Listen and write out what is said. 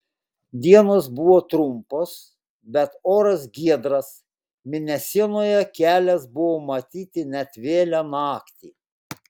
dienos buvo trumpos bet oras giedras mėnesienoje kelias buvo matyti net vėlią naktį